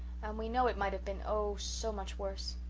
and we know it might have been oh so much worse!